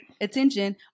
Attention